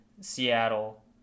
Seattle